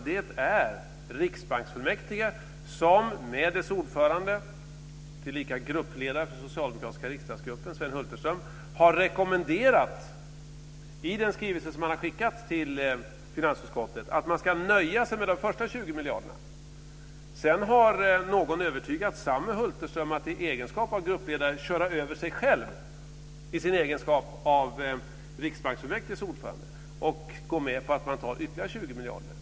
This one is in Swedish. Det är riksbanksfullmäktige och dess ordförande Sven Hulterström, tillika gruppledare för socialdemokratiska riksdagsgruppen, som i den skrivelse som han har skickat till finansutskottet har rekommenderat att man ska nöja sig med de första 20 miljarderna. Sedan har någon övertygat samme Hulterström att i egenskap av gruppledare köra över sig själv i sin egenskap av riksbanksfullmäktiges ordförande och gå med på att man tar ytterligare 20 miljarder.